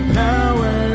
power